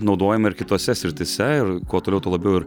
naudojama ir kitose srityse ir kuo toliau tuo labiau ir